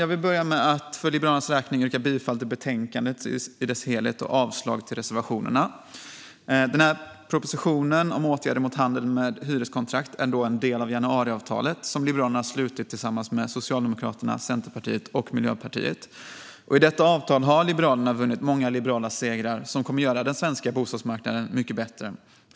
Jag vill börja med att för Liberalernas räkning yrka bifall till förslaget i betänkandet i dess helhet och avslag på reservationerna. Propositionen om åtgärder mot handeln med hyreskontrakt är en del av januariavtalet, som Liberalerna har slutit med Socialdemokraterna, Centerpartiet och Miljöpartiet. I detta avtal har Liberalerna vunnit många liberala segrar som kommer att göra den svenska bostadsmarknaden mycket bättre.